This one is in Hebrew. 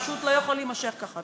פשוט זה לא יכול להימשך ככה.